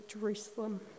Jerusalem